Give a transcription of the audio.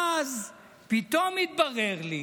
אז פתאום התברר לי